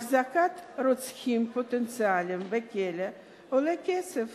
החזקת רוצחים פוטנציאליים בכלא עולה כסף